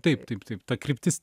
taip taip taip ta kryptis